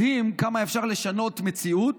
מדהים כמה אפשר לשנות מציאות